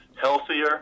healthier